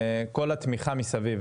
כל התמיכה מסביב.